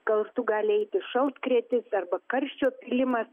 kartu gali eiti šaltkrėtis arba karščio pylimas